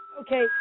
Okay